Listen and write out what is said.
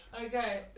Okay